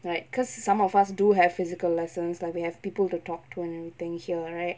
like cause some of us do have physical lessons like we have people to talk to and everything here right